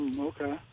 Okay